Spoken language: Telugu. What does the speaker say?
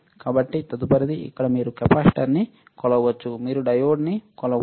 కాబట్టి తదుపరిది ఇక్కడ మీరు కెపాసిటర్ను కొలవవచ్చు మీరు డయోడ్ను కొలవవచ్చు